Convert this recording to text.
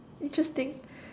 interesting